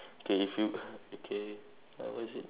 okay if you okay like what you said